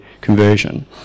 conversion